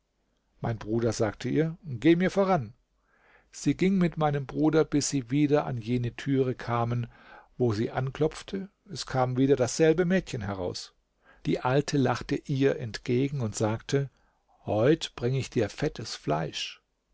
mein bruder sagte ihr geh mir voran sie ging mit meinem bruder bis sie wieder an jene türe kamen wo sie anklopfte es kam wieder dasselbe mädchen heraus die alte lachte ihr entgegen und sagte heut bringe ich dir fettes fleisch